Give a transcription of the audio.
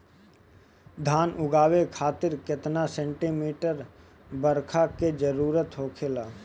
धान उगावे खातिर केतना सेंटीमीटर बरसात के जरूरत होखेला?